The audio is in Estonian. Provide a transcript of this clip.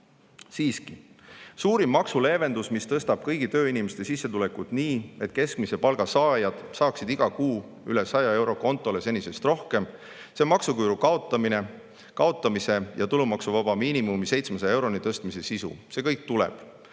Siiski, suurim maksuleevendus, mis tõstab kõigi tööinimeste sissetulekut nii, et keskmise palga saajad saaksid iga kuu üle 100 euro kontole senisest rohkem, mis on maksuküüru kaotamise ja tulumaksuvaba miinimumi 700 euroni tõstmise sisu, see tuleb.